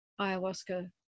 ayahuasca